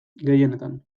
gehienetan